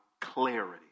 clarity